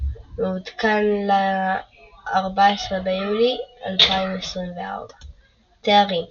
מעודכן ל-14 ביולי 2024 תארים